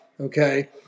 Okay